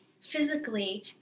physically